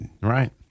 Right